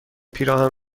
پیراهن